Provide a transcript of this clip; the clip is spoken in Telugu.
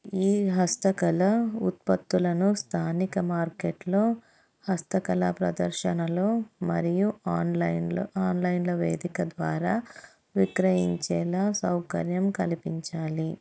ఈ హస్తకళ ఉత్పత్తులను స్థానిక మార్కెట్లో హస్తకళ ప్రదర్శనలో మరియు ఆన్లైన్లో ఆన్లైన్ల వేదిక ద్వారా విక్రయించేలా సౌకర్యం కల్పించాలి